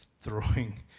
throwing